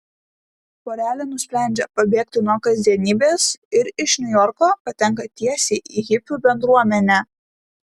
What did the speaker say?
porelė nusprendžia pabėgti nuo kasdienybės ir iš niujorko patenka tiesiai į hipių bendruomenę